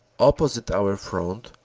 opposite our front,